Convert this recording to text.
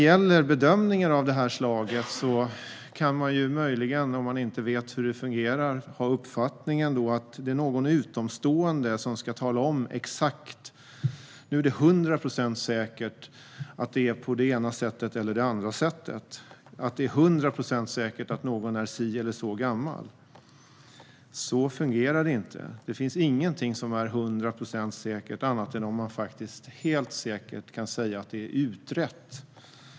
Om man inte vet hur saker fungerar kan man ha uppfattningen att en bedömning av detta slag sker genom att en utomstående talar om exakt, att det är 100 procent säkert, att det är på det ena sättet eller det andra sättet - att det är 100 procent säkert att någon är si eller så gammal. Så fungerar det inte. Det finns ingenting som är 100 procent säkert annat än om man helt säkert kan säga att det är utrett.